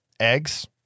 eggs